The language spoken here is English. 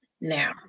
Now